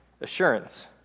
assurance